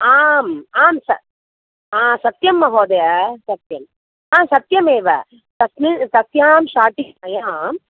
आम् आं स हा सत्यं महोदये सत्यं हा सत्यमेव तस्मि तस्यां शाटिकायां